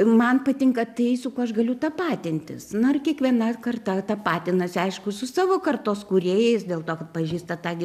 man patinka tai su kuo aš galiu tapatintis na ir kiekviena karta tapatinasi aišku su savo kartos kūrėjais dėl to kad pažįsta tą gy